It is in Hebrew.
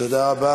תודה רבה.